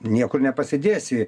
niekur nepasidėsi